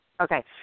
Okay